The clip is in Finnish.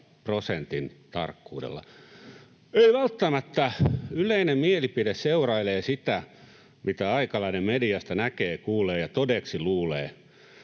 prosentin tarkkuudella. Ei välttämättä. Yleinen mielipide seurailee sitä, mitä aikalainen mediasta näkee, kuulee ja todeksi luulee.